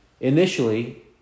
initially